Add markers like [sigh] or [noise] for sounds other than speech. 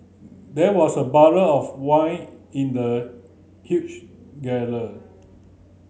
there was a barrel of wine in the huge [unintelligible]